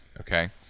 okay